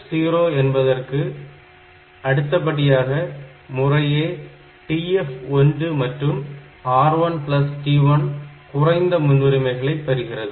TF0 என்பதற்கு அடுத்தபடியாக முறையை TF1 மற்றும் R1T1 குறைந்த முன்னுரிமைகளை பெறுகிறது